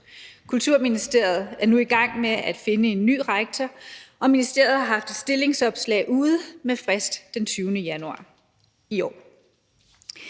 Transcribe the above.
Kulturministeriet er nu i gang med at finde en ny rektor, og ministeriet har haft et stillingsopslag ude med frist den 20. januar i år.